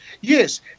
Yes